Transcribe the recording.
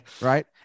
Right